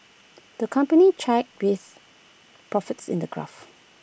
the company chatted with profits in A graph